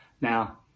Now